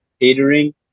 catering